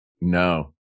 No